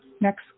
Next